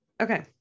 Okay